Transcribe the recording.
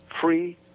free